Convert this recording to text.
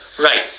Right